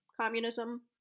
communism